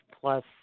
plus